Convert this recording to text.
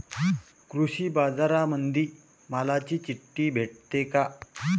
कृषीबाजारामंदी मालाची चिट्ठी भेटते काय?